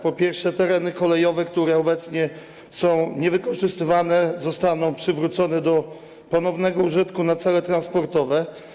Po pierwsze, tereny kolejowe, które obecnie nie są wykorzystywane, zostaną przywrócone do ponownego użytku na cele transportowe.